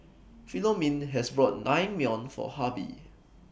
Philomene bought Naengmyeon For Harvie